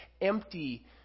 empty